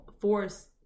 force